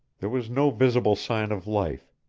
there was no visible sign of life,